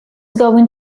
going